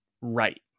right